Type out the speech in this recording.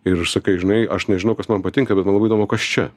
ir sakai žinai aš nežinau kas man patinka bet man labai įdomu kas čia